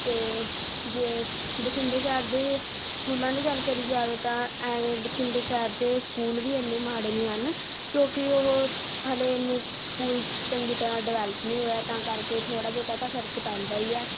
ਅਤੇ ਜੇ ਬਠਿੰਡੇ ਸ਼ਹਿਰ ਦੇ ਸਕੂਲਾਂ ਦੀ ਗੱਲ ਕਰੀ ਜਾਵੇ ਤਾਂ ਐਵੇਂ ਬਠਿੰਡੇ ਸ਼ਹਿਰ ਦੇ ਸਕੂਲ ਵੀ ਇੰਨੇ ਮਾੜੇ ਨਹੀਂ ਹਨ ਕਿਉਂਕਿ ਉਹ ਹਲੇ ਇੰਨੇ ਪੂਰੀ ਚੰਗੀ ਤਰ੍ਹਾਂ ਡਿਵੈਲਪ ਨਹੀਂ ਹੋਇਆ ਤਾਂ ਕਰਕੇ ਥੋੜ੍ਹਾ ਬਹੁਤਾ ਤਾਂ ਫ਼ਰਕ ਪੈਂਦਾ ਹੀ ਹੈ